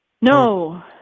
No